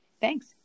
Thanks